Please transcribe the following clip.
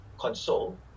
console